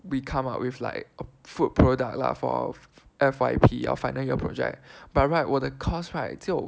we come up with like a food product lah for F_Y_P or final year project by right 我的 course right 就